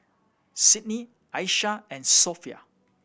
Sidney Asha and Sophia